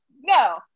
no